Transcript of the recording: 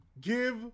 give